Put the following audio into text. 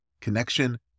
Connection